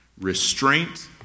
restraint